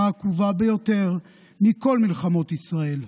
העקובה מדם ביותר מכל מלחמות ישראל,